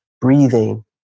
breathing